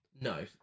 no